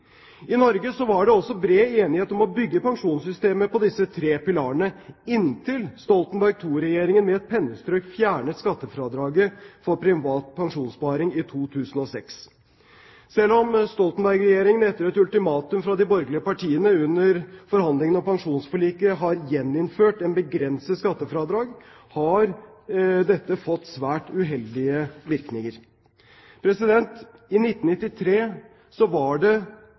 I Norge var det også bred enighet om å bygge pensjonssystemet på disse tre pilarene, inntil Stoltenberg II-regjeringen med et pennestrøk fjernet skattefradraget for privat pensjonssparing i 2006. Selv om Stoltenberg-regjeringen etter et ultimatum fra de borgerlige partiene under forhandlingene om pensjonsforliket har gjeninnført et begrenset skattefradrag, har dette fått svært uheldige virkninger. I 1993 var det